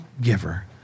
giver